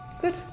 Good